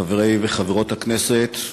חברי וחברות הכנסת,